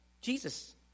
Jesus